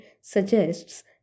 suggests